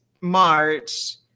March